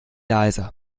leiser